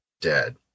dead